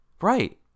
Right